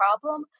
problem